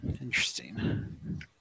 Interesting